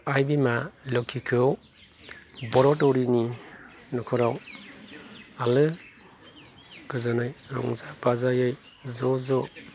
आइ बिया लोक्षिखौ बर' दौरिनि न'खराव आलो गोजोनै रंजा बाजायै ज' ज'